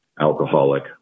alcoholic